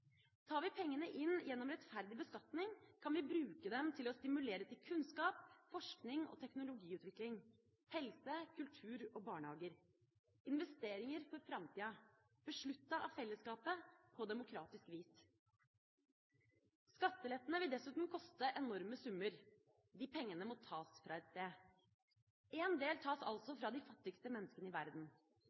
Tar vi pengene inn gjennom rettferdig beskatning, kan vi bruke dem til å stimulere til kunnskap, forskning og teknologiutvikling, helse, kultur og barnehager – investeringer for framtida, besluttet av fellesskapet på demokratisk vis. Skattelettene vil dessuten koste enorme summer. De pengene må tas fra et sted. Én del tas altså fra de fattigste menneskene i verden.